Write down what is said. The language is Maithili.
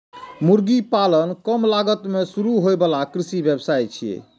मुर्गी पालन कम लागत मे शुरू होइ बला कृषि व्यवसाय छियै